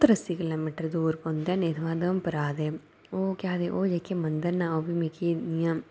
सत्तर अस्सी किलोमीटर दूर पौंदे न इत्थूं दा उधमपुरा दे ओह् केह् आखदे ओह् जेह्के मंदर न ओह् बी मिकी इयां